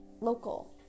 local